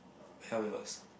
hell it was